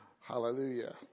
Hallelujah